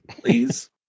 please